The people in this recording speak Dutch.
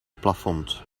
plafond